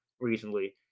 recently